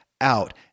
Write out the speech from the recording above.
out